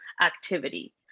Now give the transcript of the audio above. activity